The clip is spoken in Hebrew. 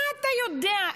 מה אתה יודע?